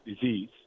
disease